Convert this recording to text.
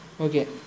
Okay